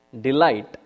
delight